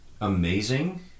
amazing